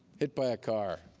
hit by a car,